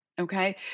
okay